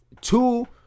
Two